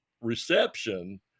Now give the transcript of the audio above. reception